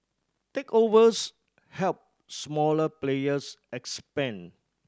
takeovers helped smaller players expand